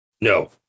no